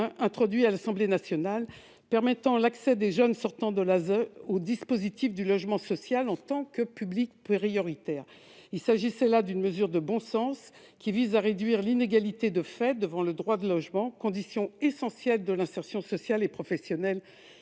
introduit à l'Assemblée nationale, permettant l'accès des jeunes sortant de l'ASE au dispositif du logement social en tant que public prioritaire. Il s'agit d'une mesure de bon sens qui vise à réduire l'inégalité de fait devant le droit au logement, condition essentielle de l'insertion sociale et professionnelle